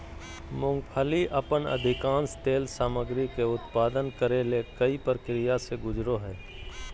मूंगफली अपन अधिकांश तेल सामग्री के उत्पादन करे ले कई प्रक्रिया से गुजरो हइ